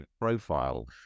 profile